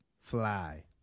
Fly